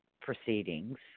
proceedings